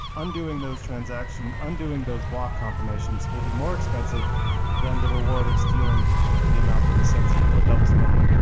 undoing those transaction, undoing those block confirmations will be more expensive than the reward of stealing the amount that was sent to you, or double spending.